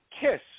kiss